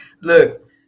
Look